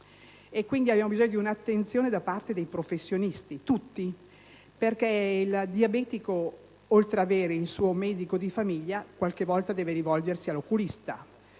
problema. Abbiamo bisogno di un'attenzione da parte di tutti i professionisti, perché il diabetico oltre ad avere il suo medico di famiglia, qualche volta deve rivolgersi ad un oculista,